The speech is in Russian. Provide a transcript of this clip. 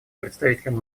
представителем